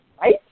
right